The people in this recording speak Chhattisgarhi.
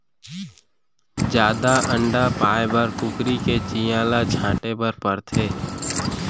जादा अंडा पाए बर कुकरी के चियां ल छांटे बर परथे